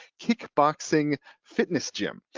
kickboxing fitness gym.